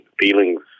feelings